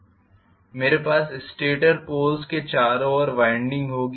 मेरे पास stator poles के चारों ओर वाइंडिंग होगी